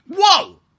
whoa